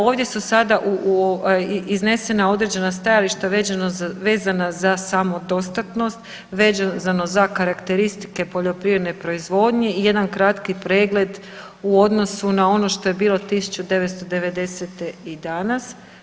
Ovdje su sada iznesena određena stajališta vezana za samodostatnost, vezano za karakteristike poljoprivredne proizvodnje i jedan kratki pregled u odnosu na ono što je bilo 1990. i danas.